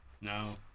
No